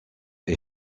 est